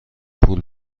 پول